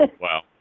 wow